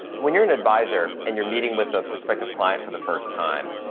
when you're an advisor and you're meeting with a prospective client for the first time,